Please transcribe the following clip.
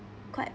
quite